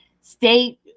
state